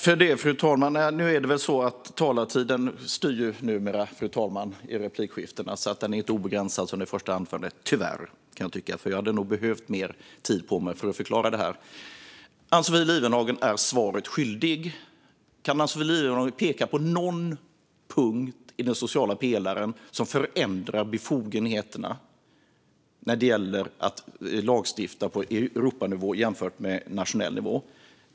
Fru talman! Numera är det väl så att talartiden styr replikskiftena. Den är inte obegränsad, som i mitt anförande - tyvärr, kan jag tycka, för jag hade nog behövt ha mer tid på mig för att förklara det här. Ann-Sofie Lifvenhage är svaret skyldig. Kan hon peka på någon punkt i den sociala pelaren som förändrar befogenheterna när det gäller att lagstifta på Europanivå jämfört med nationell nivå?